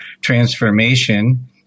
transformation